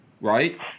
Right